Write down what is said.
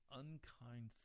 unkind